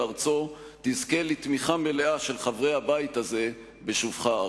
ארצו תזכה לתמיכה מלאה של חברי הבית הזה בשובך ארצה.